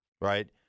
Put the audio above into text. right